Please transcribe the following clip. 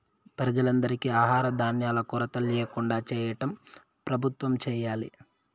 ప్రజలందరికీ ఆహార ధాన్యాల కొరత ల్యాకుండా చేయటం ప్రభుత్వం చేయాలి